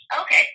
Okay